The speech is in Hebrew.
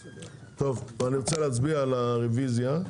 טוב, אני רוצה להצביע על הרוויזיה.